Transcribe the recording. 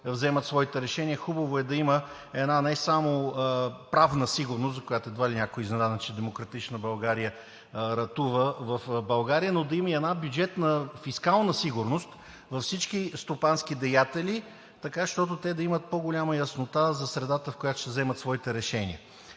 вземат своите решения. Хубаво е да има една не само правна сигурност, за която едва ли някой е изненадан, че „Демократична България“ ратува в България, но и да има една бюджетна фискална сигурност във всички стопански деятели, така че те да имат по-голяма яснота за средата, в която ще вземат своите решения.